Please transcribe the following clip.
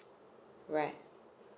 right